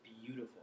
beautiful